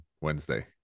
Wednesday